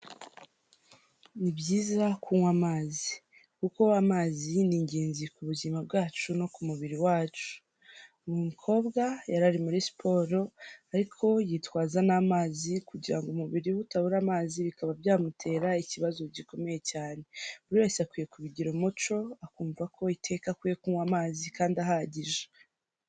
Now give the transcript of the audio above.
Ni byiza kunywa amazi. Kuko amazi ni ingenzi ku buzima bwacu no ku mubiri wacu. Uyu mukobwa yari ari muri siporo ariko yitwaza n'amazi kugira ngo umubiri we utabura amazi bikaba byamutera ikibazo gikomeye cyane. Buri wese akwiye kubigira umuco akumva ko iteka akwiye kunywa amazi kandi ahagije.